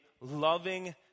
loving